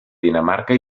dinamarca